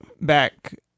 back